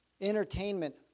Entertainment